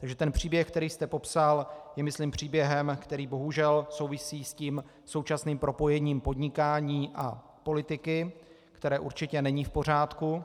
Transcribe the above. Takže ten příběh, který jste popsal, je myslím příběhem, který bohužel souvisí se současným propojením podnikání a politiky, které určitě není v pořádku.